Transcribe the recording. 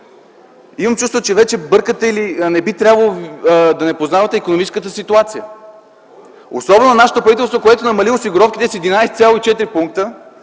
имам чувството, че вече бъркате или не би трябвало да не познавате икономическата ситуация, особено за нашето правителство, което намали осигуровките с 11,4 пункта,